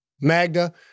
Magda